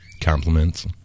compliments